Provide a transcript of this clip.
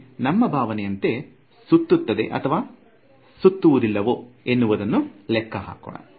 ಇಲ್ಲಿ ನಮ್ಮ ಭಾವನೆಯಂತೆ ಇದು ಸುತ್ತುತ್ತದೆ ಅಥವಾ ಸುತ್ತುವುದಿಲ್ಲವೋ ಎನ್ನುವುದನ್ನು ಲೆಕ್ಕ ಹಾಕೋಣ